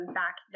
back